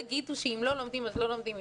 תגידו שאם לא לומדים אז לא לומדים,